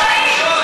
למה זה חשאי?